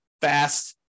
fast